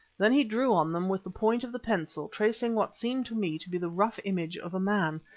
then he drew on them with the point of the pencil, tracing what seemed to me to be the rough image of a man,